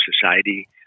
society